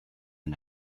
and